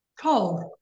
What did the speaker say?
cold